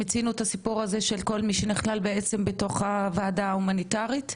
מיצינו את הסיפור הזה של כל מי שנכלל בעצם בתוך תקופת ההתארגנות?